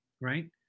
Right